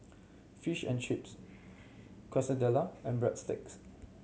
Fish and Chips Quesadilla and Breadsticks